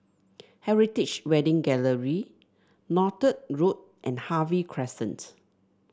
Heritage Wedding Gallery Northolt Road and Harvey Crescent